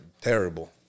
Terrible